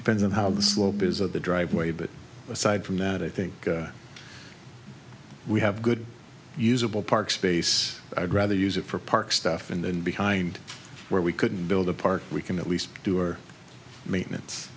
depends on how the slope is of the driveway but aside from that i think we have good usable park space i'd rather use it for park stuff and then behind where we could build a park we can at least do or maintenance